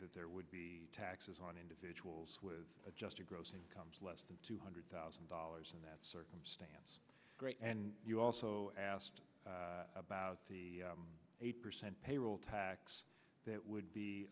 that there would be taxes on individuals adjusted gross income less than two hundred thousand dollars in that circumstance and you also asked about the eight percent payroll tax that would be